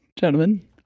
gentlemen